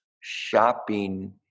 shopping